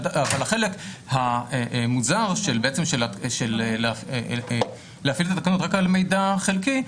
אבל החלק המוזר של בעצם של להפעיל את התקנות רק על מידע חלקי,